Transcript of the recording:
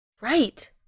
Right